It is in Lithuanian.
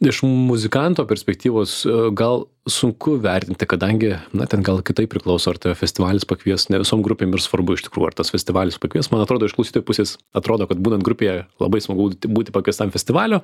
iš muzikanto perspektyvos gal sunku vertinti kadangi na ten gal kitaip priklauso ar tave festivalis pakvies ne visom grupėm ir svarbu iš tikrųjų ar tas festivalis pakvies man atrodo iš klausytojų pusės atrodo kad būnant grupėje labai smagu būti pakviestam festivalio